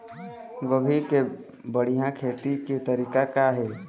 गोभी के बढ़िया खेती के तरीका का हे?